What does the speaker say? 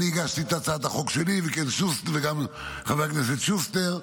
הגשתי את הצעת החוק שלי וגם חבר הכנסת שוסטר.